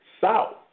south